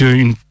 une